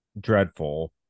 Dreadful